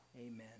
Amen